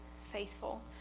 faithful